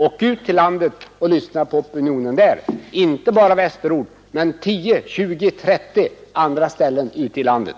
Åk ut i landet och lyssna till opinionen där, inte bara i Västerort utan på 10, 20, 30 andra ställen ute i landet!